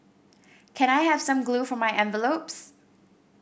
can I have some glue for my envelopes